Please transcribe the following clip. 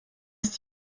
ist